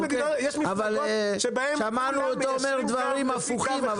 יש מפלגות שבהם כולם --- אופיר אמר דברים הפוכים,